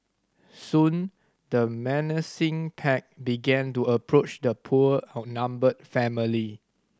soon the menacing pack began to approach the poor outnumbered family